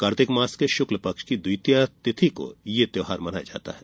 कार्तिक मास के शुक्ल पक्ष की द्वितीया तिथि को यह त्योहार मनाया जाता है